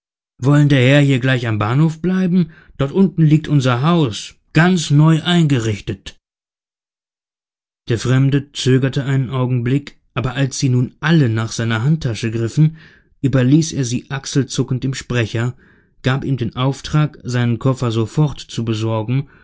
wollen der herr hier gleich am bahnhof bleiben dort unten liegt unser haus ganz neu eingerichtet der fremde zögerte einen augenblick aber als sie nun alle nach seiner handtasche griffen überließ er sie achselzuckend dem sprecher gab ihm den auftrag seinen koffer sofort zu besorgen